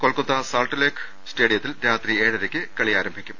കൊൽക്കത്ത സാൾട്ട്ലേക്ക് സ്റ്റേഡിയത്തിൽ രാത്രി ഏഴരയ്ക്ക് കളി ആരംഭിക്കും